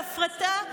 בהפרדה,